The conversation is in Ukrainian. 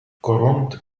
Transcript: корунд